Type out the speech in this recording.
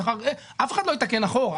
אף אחד לא יתקן אחורה,